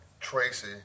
Tracy